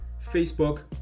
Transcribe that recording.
Facebook